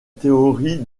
théorie